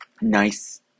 nice